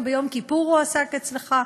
גם ביום כיפור הוא הועסק אצלך.